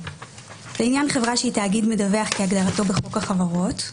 (1)לעניין חברה שהיא תאגיד מדווח כהגדרתו בחוק החברות,